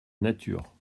nature